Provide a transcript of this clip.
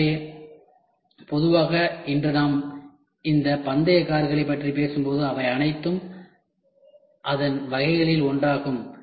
எனவே பொதுவாக இன்று நாம் இந்த பந்தய கார்களைப் பற்றி பேசும்போது அவை அனைத்தும் அதன் வகைகளில் ஒன்றாகும்